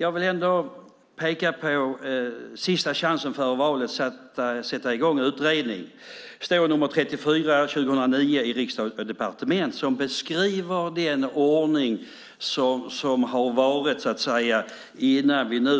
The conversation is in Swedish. Jag vill ändå peka på att detta är sista chansen före valet att sätta i gång en utredning. Det står i nr 34 2009 i Riksdag & Departement som beskriver den ordning som har rått innan vi nu,